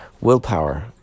Willpower